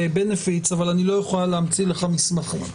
בנפיט אבל היא לא תוכל להמציא לו מסמכים.